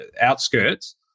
outskirts